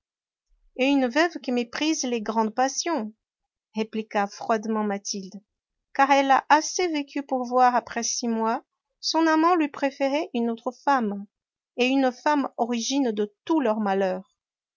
et une veuve qui méprise les grandes passions répliqua froidement mathilde car elle a assez vécu pour voir après six mois son amant lui préférer une autre femme et une femme origine de tous leurs malheurs